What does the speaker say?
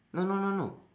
no no no no